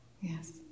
yes